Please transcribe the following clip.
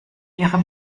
ihre